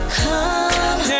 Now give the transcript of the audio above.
come